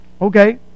okay